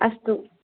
अस्तु